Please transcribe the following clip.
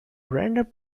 random